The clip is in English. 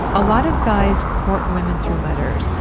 a lot of guys court women through letters,